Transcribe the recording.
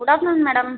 good afternoon madam